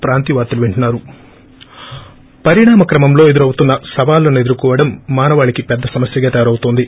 break పరిణామ క్రమంలో ఎదురవుతున్న సవాళ్లను ఎదుర్కోవడం మానవాళికి పెద్ద సమస్యగా తయారవుతోంది